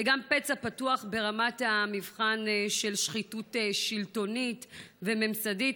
וגם פצע פתוח ברמת המבחן של שחיתות שלטונית וממסדית,